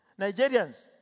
Nigerians